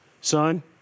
son